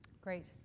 Great